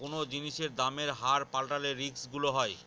কোনো জিনিসের দামের হার পাল্টালে রিস্ক গুলো হয়